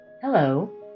Hello